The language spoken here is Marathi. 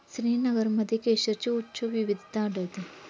श्रीनगरमध्ये केशरची उच्च विविधता आढळते